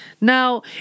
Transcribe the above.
Now